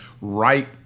right